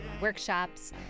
workshops